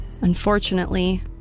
Unfortunately